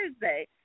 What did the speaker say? Thursday